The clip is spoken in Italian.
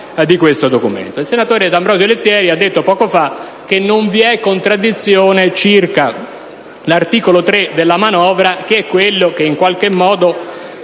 Il senatore D'Ambrosio Lettieri ha detto poco fa che non vi è contraddizione con l'articolo 3 della manovra, quello che in qualche modo